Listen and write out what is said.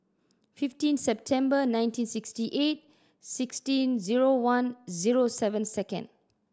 fifteen September nineteen sixty eight sixteen zero one zero seven second